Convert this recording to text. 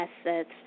assets